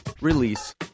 release